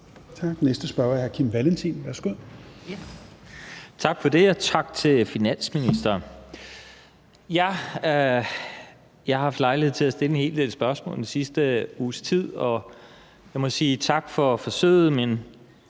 Kl. 16:49 Kim Valentin (V): Tak for det, og tak til finansministeren. Jeg har haft lejlighed til at stille en hel del spørgsmål i den sidste uges tid, og jeg må sige tak for forsøget, men